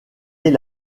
est